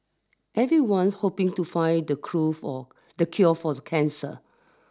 everyone's hoping to find the cruel for the cure for the cancer